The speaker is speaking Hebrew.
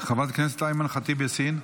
חברת הכנסת איימן ח'טיב יאסין,